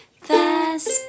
fast